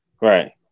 Right